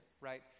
right